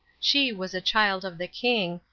she was a child of the king,